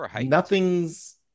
nothing's –